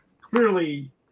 clearly